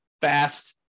fast